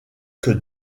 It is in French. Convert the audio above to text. que